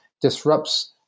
disrupts